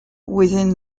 within